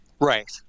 right